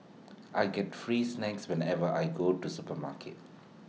I get free snacks whenever I go to the supermarket